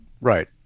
Right